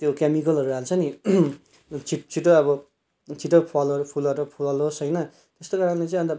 त्यो क्यामिकलहरू हाल्छ नि छिट् छिटो अब छिटो फलहरू फूलहरू फलोस् होइन त्यस्तो पाराले चाहिँ अन्त